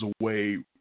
away